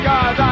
God